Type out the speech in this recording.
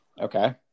Okay